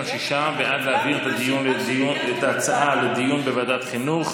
בעד העברת ההצעה לדיון בוועדת החינוך.